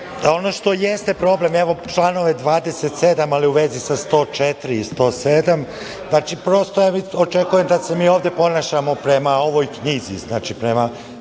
ono što jeste problem, evo članove 27, ali u vezi sa 104. i 107. Znači, prosto očekujem da se mi i ovde ponašamo prema ovoj knjizi, prema